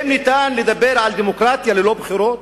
האם ניתן לדבר על דמוקרטיה ללא בחירות?